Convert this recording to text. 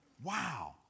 Wow